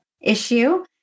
issue